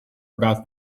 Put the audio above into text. about